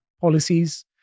policies